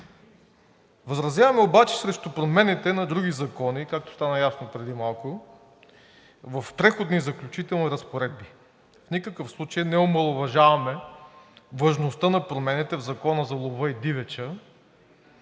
Възразяваме обаче срещу промените на други закони, както стана ясно преди малко, в Преходните и заключителните разпоредби. В никакъв случай не омаловажаваме важността на промените в Закона за лова и дивеча